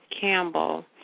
Campbell